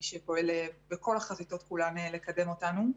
מי שפועל בכל החזיתות כולן לקדם אותנו.